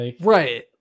Right